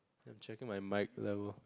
I'm checking my mic level